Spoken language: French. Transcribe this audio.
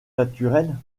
naturel